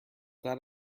that